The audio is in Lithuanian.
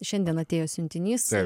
šiandien atėjo siuntinys